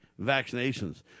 vaccinations